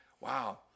Wow